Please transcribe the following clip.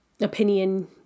opinion